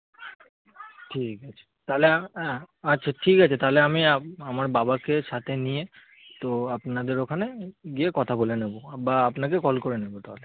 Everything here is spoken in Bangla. ঠিক আছে তাহলে আচ্ছা ঠিক আছে তাহলে আমি আমার বাবাকে সাথে নিয়ে তো আপনাদের ওখানে গিয়ে কথা বলে নেবো বা আপনাকেও কল করে নেবো তাহলে